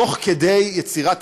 תוך כדי יצירת